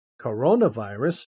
coronavirus